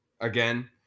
again